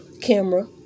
camera